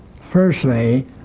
Firstly